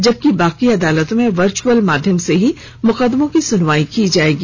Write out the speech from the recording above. जबकि बाकी अदालतों में वर्चुअल माध्यम से ही मुकदमों की सुनवाई की जाएगी